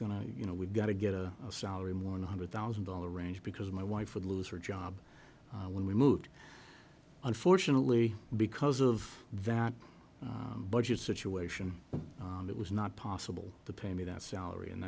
to you know we've got to get a salary more nine hundred thousand dollars range because my wife would lose her job when we moved unfortunately because of that budget situation it was not possible to pay me that salary and